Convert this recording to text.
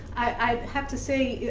i have to say,